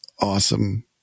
awesome